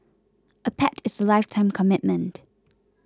a pet is a lifetime commitment